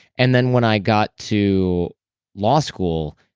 and then when i got to law school,